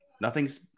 Nothing's